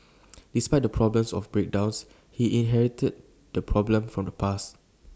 despite the problems of breakdowns he inherited the problem from the past